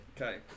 Okay